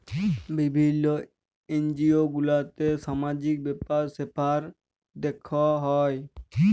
বিভিল্য এনজিও গুলাতে সামাজিক ব্যাপার স্যাপার দ্যেখা হ্যয়